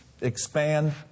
expand